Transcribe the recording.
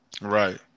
right